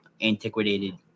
antiquated